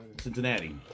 Cincinnati